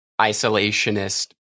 isolationist